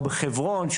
או בחברון,